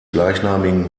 gleichnamigen